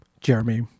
Jeremy